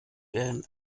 werden